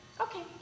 Okay